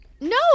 No